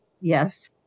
Yes